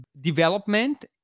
development